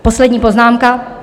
Poslední poznámka.